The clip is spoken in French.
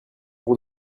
pour